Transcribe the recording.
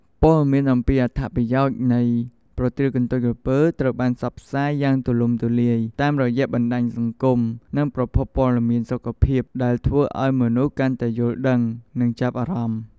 ព័ត៌មានអំពីអត្ថប្រយោជន៍នៃប្រទាលកន្ទុយក្រពើត្រូវបានផ្សព្វផ្សាយយ៉ាងទូលំទូលាយតាមរយៈបណ្តាញសង្គម និងប្រភពព័ត៌មានសុខភាព ដែលធ្វើឲ្យមនុស្សកាន់តែយល់ដឹង និងចាប់អារម្មណ៍។